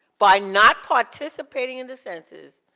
by not participating in the census,